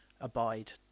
abide